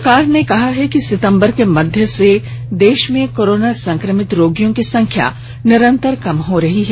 सरकार ने कहा है कि सितंबर के मध्य से देश में कोरोना संक्रमित रोगियों की संख्या निरंतर कम हो रही है